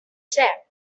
said